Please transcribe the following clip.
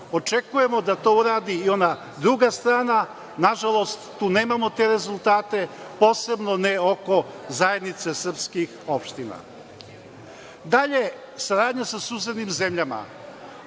Očekujemo da to uradi i ona druga strana, nažalost, tu nemamo te rezultate, posebno ne oko zajednice srpskih opština. Dalje, saradnja sa susednim zemljama.